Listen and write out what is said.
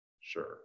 sure